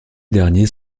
derniers